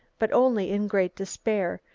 but only in great despair,